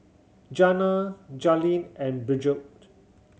Jana Jaelyn and Bridgett